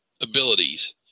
abilities